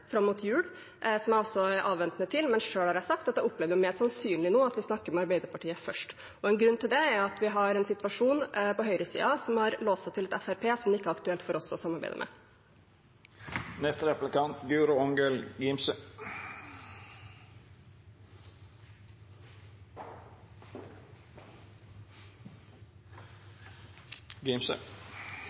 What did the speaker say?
jeg er avventende til, men selv har jeg sagt at jeg opplever det som mer sannsynlig nå at vi snakker med Arbeiderpartiet først. En grunn til det er at vi har en situasjon på høyresiden hvor man har låst seg til Fremskrittspartiet, som det ikke er aktuelt for oss å samarbeide med.